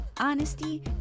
honesty